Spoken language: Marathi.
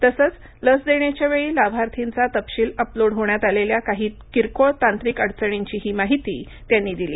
तसंच लस देण्याच्यावेळी लाभार्थींचा तपशील अपलोड होण्यात आलेल्या काही किरकोळ तांत्रिक अडचणींचीही त्यांनी माहिती दिली